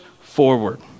forward